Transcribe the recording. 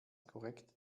korrekt